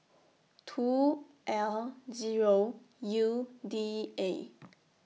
two L Zero U D A